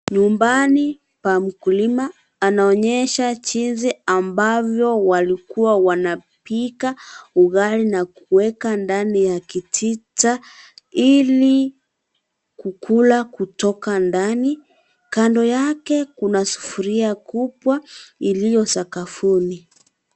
Nyumbani pa mkulima. Anaonyesha jinsi ambavyo walikuwa wanapita Ugali na kuweka ndani ya kitita, ili kukula kutoka ndani. Kando yake, kuna sufuria kubwa iliyo sakafuni.